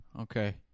Okay